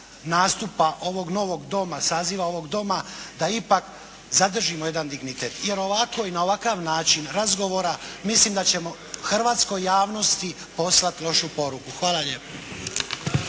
nastupa ovog novog Doma, saziva ovog Doma da ipak zadržimo jedan dignitet, jer ovako i na ovaj način razgovora mislim da ćemo hrvatskoj javnosti poslat lošu poruku. Hvala lijepa.